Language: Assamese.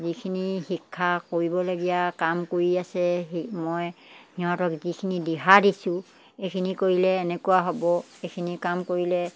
যিখিনি শিক্ষা কৰিবলগীয়া কাম কৰি আছে মই সিহঁতক যিখিনি দিহা দিছোঁ এইখিনি কৰিলে এনেকুৱা হ'ব এইখিনি কাম কৰিলে